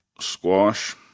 Squash